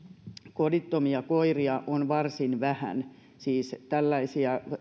kodittomia koiria on varsin vähän siis tällaisia